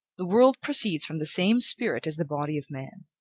the world proceeds from the same spirit as the body of man.